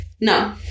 no